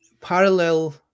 parallel